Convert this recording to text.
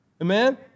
Amen